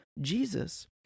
Jesus